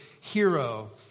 hero